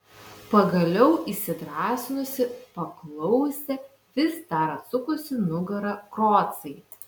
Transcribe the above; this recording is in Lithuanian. pagaliau įsidrąsinusi paklausė vis dar atsukusi nugarą krocai